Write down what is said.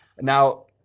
Now